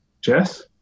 Jess